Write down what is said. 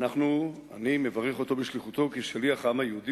אני מברך אותו בשליחותו כשליח של העם היהודי